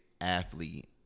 athlete